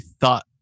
thought